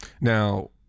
Now